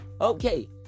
Okay